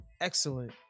excellent